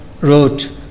wrote